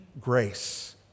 grace